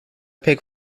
pek